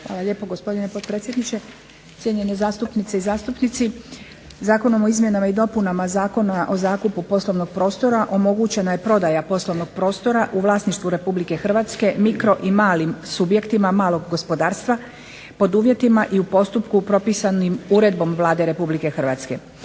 Hvala lijepo gospodine potpredsjedniče, cijenjene zastupnice i zastupnici. Zakonom o izmjenama i dopunama Zakona o zakupu poslovnog prostora omogućena je prodaja poslovnog prostora u vlasništvu RH mikro i malim subjektima malog gospodarstva pod uvjetima i u postupku propisanom uredbom Vlade RH.